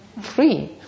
free